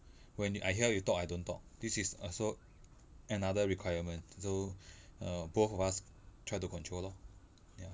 when I hear you talk I don't talk this is also another requirement so err both of us try to control lor ya